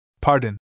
Pardon